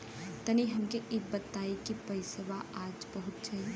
तनि हमके इ बता देती की पइसवा आज पहुँच जाई?